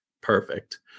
perfect